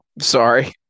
Sorry